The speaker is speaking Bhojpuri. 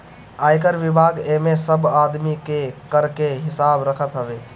आयकर विभाग एमे सब आदमी के कर के हिसाब रखत हवे